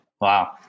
Wow